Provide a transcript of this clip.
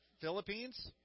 Philippines